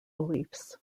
beliefs